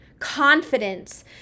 Confidence